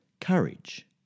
courage